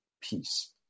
peace